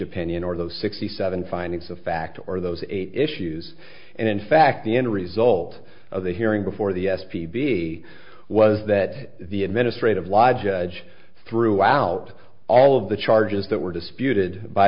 opinion or those sixty seven findings of fact or those eight issues and in fact the end result of the hearing before the s p b was that the administrative law judge threw out all of the charges that were disputed by